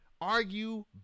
argue